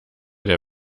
der